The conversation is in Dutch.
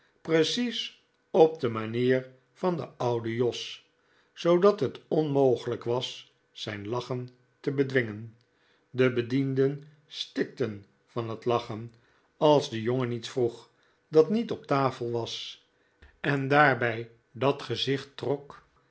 precies op de manier van den ouden jos zoodat het onmogelijk was zijn lachen te bedwingen de bedienden stikten van het lachen als de jongen iets vroeg dat niet op tafel was en daarbij dat gezicht trok